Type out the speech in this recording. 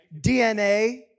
DNA